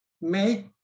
make